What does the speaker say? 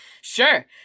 Sure